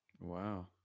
Wow